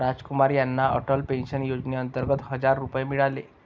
रामकुमार यांना अटल पेन्शन योजनेअंतर्गत हजार रुपये मिळाले